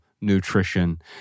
Nutrition